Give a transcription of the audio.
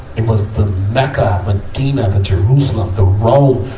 it was the mecca, medina, the jerusalem, the rome.